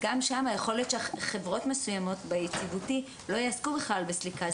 גם שם יכול להיות שחברות מסוימות ביציבותי בכלל לא יעסקו בסליקה.